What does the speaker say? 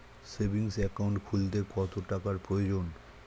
Savings account খুলতে কত টাকার প্রয়োজন?